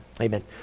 Amen